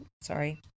sorry